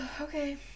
Okay